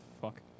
Fuck